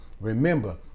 Remember